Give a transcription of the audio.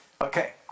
Okay